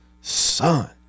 Son